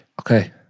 Okay